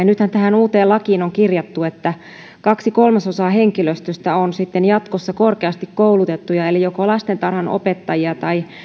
nythän tähän uuteen lakiin on kirjattu että kaksi kolmasosaa henkilöstöstä on sitten jatkossa korkeasti koulutettuja eli joko lastentarhanopettajia tai